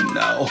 no